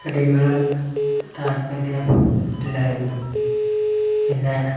ചെടികൾ താത്പര്യം ഇല്ലായിരുന്നു പിന്നെ